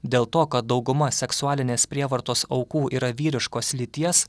dėl to kad dauguma seksualinės prievartos aukų yra vyriškos lyties